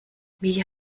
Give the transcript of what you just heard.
wie